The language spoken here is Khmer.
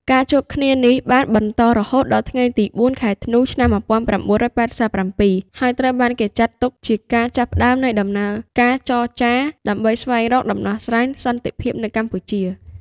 ការជួបគ្នានេះបានបន្តរហូតដល់ថ្ងៃទី ៤ ខែធ្នូ ឆ្នាំ ១៩៨៧ ហើយត្រូវបានគេចាត់ទុកជាការចាប់ផ្តើមនៃដំណើរការចរចាដើម្បីស្វែងរកដំណោះស្រាយសន្តិភាពនៅកម្ពុជា។